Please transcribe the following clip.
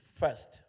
first